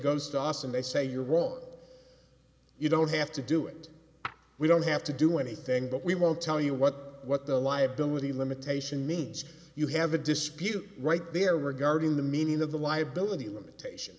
and they say you're wrong you don't have to do it we don't have to do anything but we won't tell you what what the liability limitation means you have a dispute right there regarding the meaning of the liability limitation